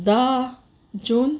धा जून